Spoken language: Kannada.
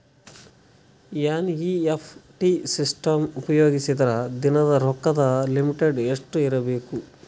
ಎನ್.ಇ.ಎಫ್.ಟಿ ಸಿಸ್ಟಮ್ ಉಪಯೋಗಿಸಿದರ ದಿನದ ರೊಕ್ಕದ ಲಿಮಿಟ್ ಎಷ್ಟ ಇರಬೇಕು?